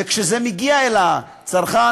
וכשזה מגיע אל הצרכן,